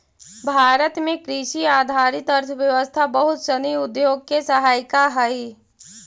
भारत में कृषि आधारित अर्थव्यवस्था बहुत सनी उद्योग के सहायिका हइ